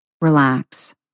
relax